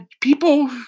People